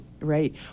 right